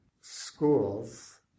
schools